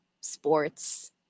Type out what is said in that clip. sports